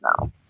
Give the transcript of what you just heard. No